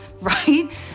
right